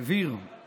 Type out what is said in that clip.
שהעביר